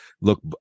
look